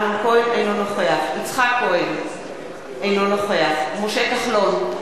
אינו נוכח יצחק כהן, אינו נוכח משה כחלון,